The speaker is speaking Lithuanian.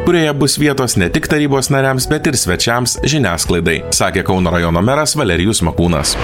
kurioje bus vietos ne tik tarybos nariams bet ir svečiams žiniasklaidai sakė kauno rajono meras valerijus makūnas